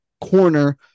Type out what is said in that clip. corner